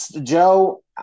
Joe